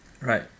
Right